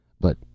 But